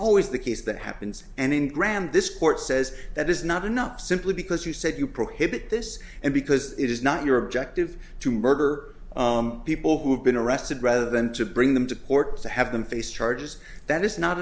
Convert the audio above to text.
always the case that happens and in grand this court says that is not enough simply because you said you prohibit this and because it is not your objective to murder people who have been arrested rather than to bring them to court to have them face charges that is not